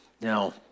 Now